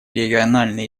региональные